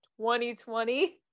2020